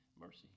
mercy